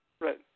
Right